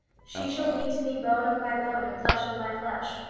she shall be to me bone of my bone, and flesh of my flesh.